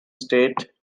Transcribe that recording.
state